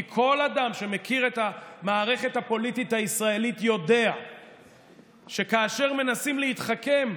כי כל אדם שמכיר את המערכת הפוליטית הישראלית יודע שכאשר מנסים להתחכם,